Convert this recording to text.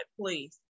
please